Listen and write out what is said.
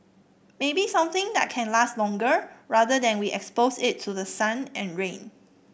maybe something that can last longer rather than we expose it to the sun and rain